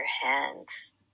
hands